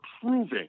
proving